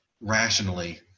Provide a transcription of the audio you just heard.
rationally